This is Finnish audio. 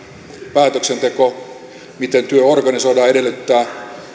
päätöksenteko miten työ organisoidaan edellyttää